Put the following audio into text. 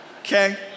Okay